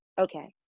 okay